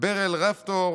ברל רפטור,